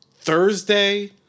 Thursday